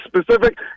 specific